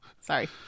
Sorry